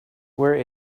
where